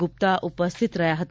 ગુપ્તા ઉપસ્થિત રહ્યા હતા